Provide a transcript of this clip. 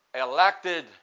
elected